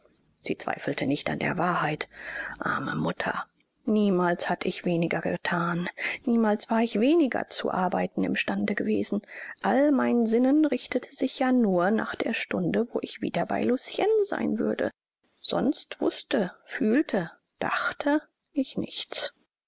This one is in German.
sie zweifelte nicht an der wahrheit arme mutter niemals hatt ich weniger gethan niemals war ich weniger zu arbeiten im stande gewesen all mein sinnen richtete sich ja nur nach der stunde wo ich wieder bei lucien sein würde sonst wußte fühlte dachte ich nichts